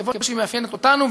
כמו שהיא מאפיינת אותנו,